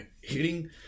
hitting